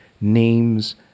names